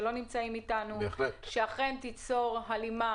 הצעה שתיצור הלימה